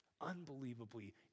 unbelievably